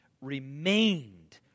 remained